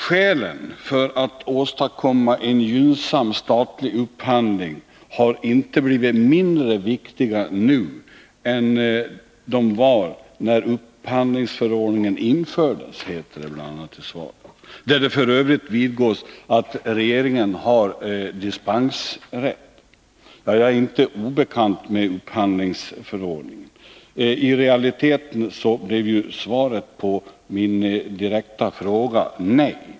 ”Skälen för att åstadkomma en så gynnsam statlig upphandling som möjligt har inte blivit mindre viktiga nu än de var när upphandlingskungörelsen infördes”, heter det bl.a. i svaret, där det f. ö. vidgås att regeringen har dispensrätt. Ja, jag är inte obekant med upphandlingskungörelsen. I realiteten blev svaret på min direkta fråga nej.